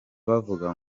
bavuga